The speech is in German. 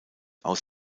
aus